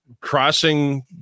crossing